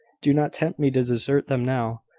do not tempt me to desert them now.